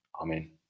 Amen